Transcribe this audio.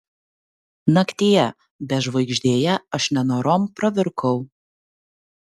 naktyje bežvaigždėje aš nenorom pravirkau